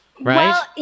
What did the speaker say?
right